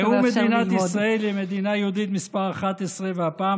נאום מדינת ישראל היא מדינה יהודית מס' 11. והפעם